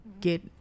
get